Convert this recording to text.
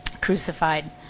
crucified